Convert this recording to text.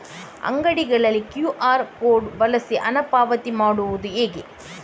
ಅಂಗಡಿಗಳಲ್ಲಿ QR code ಬಳಸಿ ಹಣ ಪಾವತಿ ಮಾಡೋದು ಹೇಗೆ?